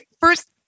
First